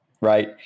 right